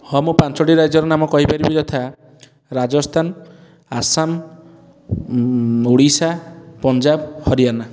ହଁ ମୁଁ ପାଞ୍ଚୋଟି ରାଜ୍ୟର ନାମ କହିପାରିବି ଯଥା ରାଜସ୍ଥାନ ଆସାମ ଓଡ଼ିଶା ପଞ୍ଜାଵ ହରିୟାନା